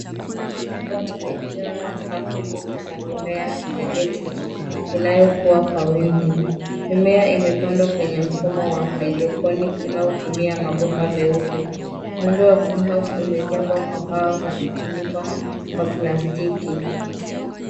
Greenhouse kubwa imejaa safu nyingi za mimea ya lettuce inayokua kwa wingi. Mimea imepandwa kwenye mfumo wa hydroponic unaotumia mabomba meupe. Muundo wa greenhouse umejengwa kwa mbao na kufunikwa kwa plastiki.